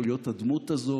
להיות הדמות הזאת,